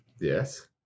Yes